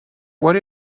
what